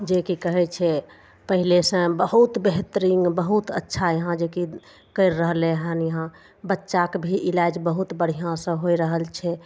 जे की कहय छै पहिलेसँ बहुत बेहतरीन बहुत अच्छा यहाँ जेकि करि रहलय हन यहाँ बच्चाके भी इलाज बहुत बढ़िआँसँ होइ रहल छै